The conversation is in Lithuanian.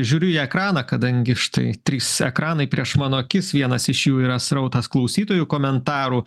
žiūriu į ekraną kadangi štai trys ekranai prieš mano akis vienas iš jų yra srautas klausytojų komentarų